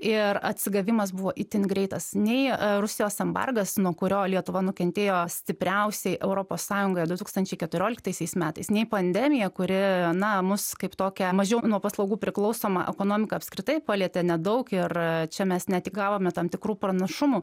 ir atsigavimas buvo itin greitas nei rusijos embargas nuo kurio lietuva nukentėjo stipriausiai europos sąjungoje du tūkstančiai keturioliktaisiais metais nei pandemija kuri na mus kaip tokią mažiau nuo paslaugų priklausomą ekonomiką apskritai palietė nedaug ir čia mes ne tik gavome tam tikrų pranašumų